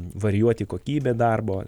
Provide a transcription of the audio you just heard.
varijuoti kokybė darbo